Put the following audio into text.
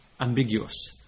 ambiguous